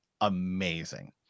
amazing